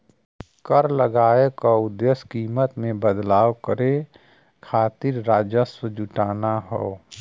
कर लगाये क उद्देश्य कीमत में बदलाव करे खातिर राजस्व जुटाना हौ